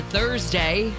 Thursday